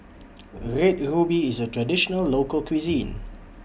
Red Ruby IS A Traditional Local Cuisine